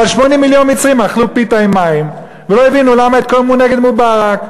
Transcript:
אבל 8 מיליון מצרים אכלו פיתה עם מים ולא הבינו למה התקוממו נגד מובארק.